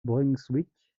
brunswick